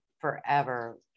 forever